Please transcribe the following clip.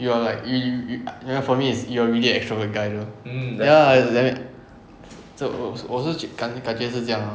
you are like 晕晕 like for me you are really an extrovert guy though ya that's so 我是感感觉是这样 ah